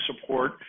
support